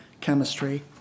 chemistry